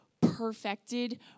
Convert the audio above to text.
perfected